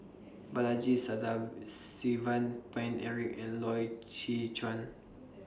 Balaji Sadasivan Paine Eric and Loy Chye Chuan